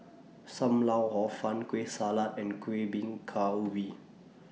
SAM Lau Hor Fun Kueh Salat and Kuih Bingka We